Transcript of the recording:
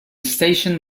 station